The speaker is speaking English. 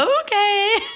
okay